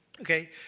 okay